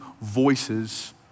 voices